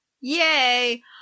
Yay